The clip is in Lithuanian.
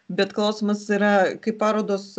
bet klausimas yra kai parodos